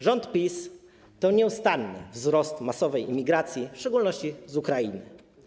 Rząd PiS to nieustanny wzrost masowej imigracji, w szczególności z Ukrainy.